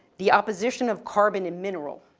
the opposition of carbon and mineral,